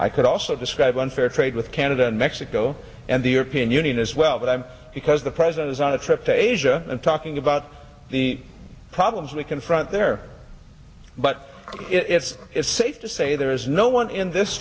i could also describe unfair trade with canada and mexico and the european union as well but i'm because the president is on a trip to asia and talking about the problems we confront there but it's safe to say there is no one in this